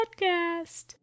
podcast